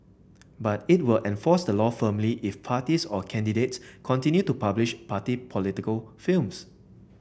but it will enforce the law firmly if parties or candidates continue to publish party political films